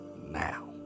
now